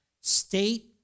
state